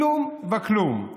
כלום וכלום.